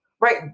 Right